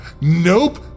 Nope